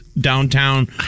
downtown